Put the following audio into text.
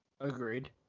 Agreed